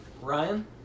Ryan